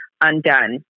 undone